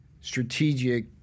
strategic